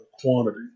quantity